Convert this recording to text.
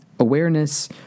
awareness